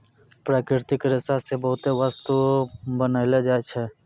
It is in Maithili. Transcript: प्राकृतिक रेशा से बहुते बस्तु बनैलो जाय छै